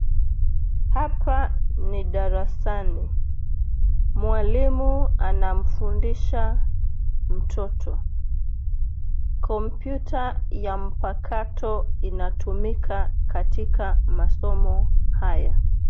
Hapa, ni darasani, mwalimu, anamfundisha mtoto. Kompyuta ya mpatako inatumika katika masomo haya.